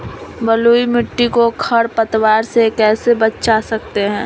बलुई मिट्टी को खर पतवार से कैसे बच्चा सकते हैँ?